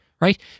Right